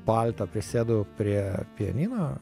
paltą prisėdau prie pianino